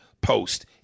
post